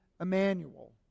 Emmanuel